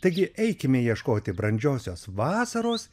taigi eikime ieškoti brandžiosios vasaros